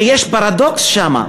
כי יש פרדוקס שם.